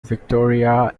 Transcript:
victoria